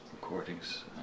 recordings